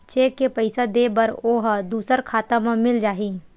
Cheque से पईसा दे बर ओहा दुसर खाता म मिल जाही?